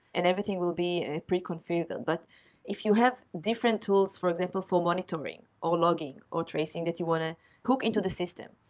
and everything will be preconfigured. but if you have different tools, for example, for monitoring, or logging, or tracing that you want to look into the system,